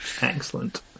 Excellent